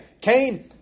Cain